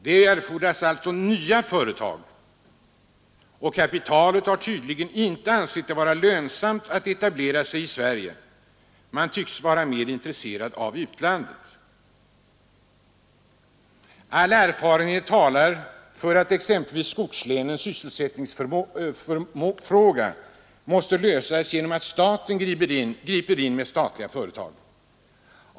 Det erfordras alltså nya företag. Kapitalet har tydligen inte ansett det vara lönsamt att etablera sig i Sverige. Man tycks vara mer intresserad av utlandet. All erfarenhet talar för att exempelvis skogslänens sysselsättningsfråga måste lösas genom att staten griper in med statliga företag.